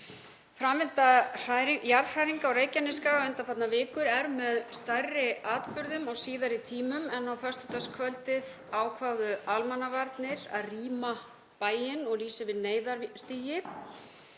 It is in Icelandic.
Framvinda jarðhræringa á Reykjanesskaga undanfarnar vikur er með stærri atburðum á síðari tímum en á föstudagskvöldið ákváðu almannavarnir að rýma bæinn og lýsa yfir neyðarstigi